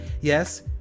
yes